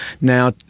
Now